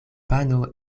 pano